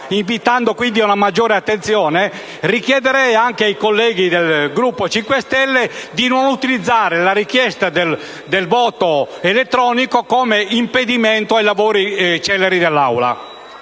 invitando quindi ad una maggiore attenzione, richiederei ai colleghi del Gruppo Movimento 5 Stelle di non utilizzare la richiesta del voto elettronico come impedimento alla celerità dei